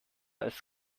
als